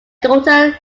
daughter